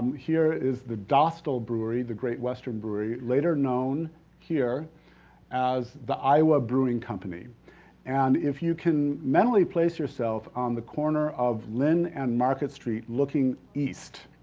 here is the dostal brewery, the great western brewery, later known here as the iowa brewing company and if you can mentally place yourself on the corner of linn and market street looking east,